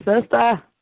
Sister